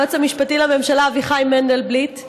היועץ המשפטי לממשלה אביחי מנדלבליט,